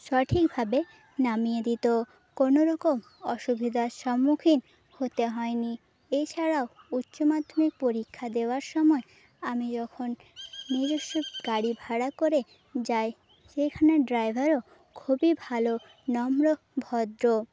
সঠিকভাবে নামিয়ে দিত কোনোরকম অসুবিধার সম্মুখীন হতে হয় নি এছাড়াও উচ্চমাধ্যমিক পরীক্ষা দেওয়ার সময় আমি যখন নিজস্ব গাড়ি ভাঁড়া করে যাই সেখানে ড্রাইভারও খুবই ভালো নম্র ভদ্র